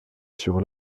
sur